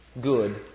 good